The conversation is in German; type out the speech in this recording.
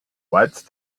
weit